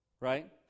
right